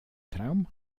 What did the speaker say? traum